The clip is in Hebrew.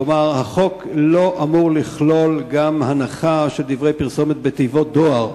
כלומר החוק לא אמור לכלול גם הנחה של דברי פרסומת בתיבות דואר,